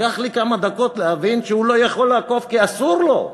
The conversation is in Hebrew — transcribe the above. לקח לי כמה דקות להבין שהוא לא יכול לעקוף כי אסור לו.